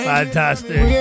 Fantastic